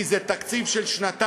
כי זה תקציב של שנתיים,